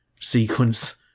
sequence